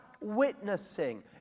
witnessing